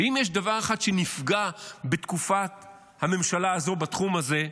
ואם יש דבר אחד שנפגע בתקופת הממשלה הזאת בתחום הזה,